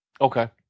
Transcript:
Okay